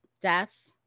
death